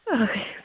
Okay